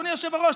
אדוני היושב-ראש,